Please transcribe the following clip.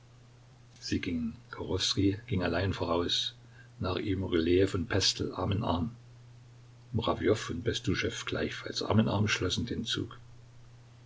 sie gingen kachowskij ging allein voraus nach ihm rylejew und pestel arm in arm murawjow und bestuschew gleichfalls arm in arm schlossen den zug